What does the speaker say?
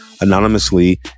anonymously